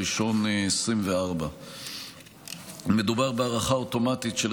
הצעת החוק תביא להארכה אוטומטית בשלושה חודשים של